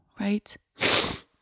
right